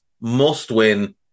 must-win